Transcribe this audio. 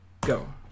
go